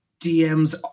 DMs